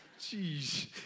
Jeez